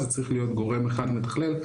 צריך להיות גורם אחד מתכלל.